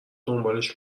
دنبالش